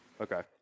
Okay